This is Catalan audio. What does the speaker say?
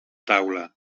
taula